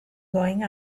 going